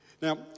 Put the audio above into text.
Now